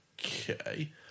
Okay